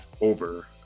over